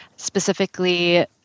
specifically